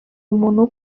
umuntu